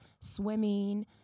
swimming